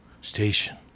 station